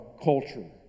culture